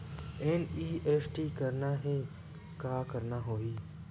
NEFT करना हे का करना होही?